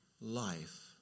life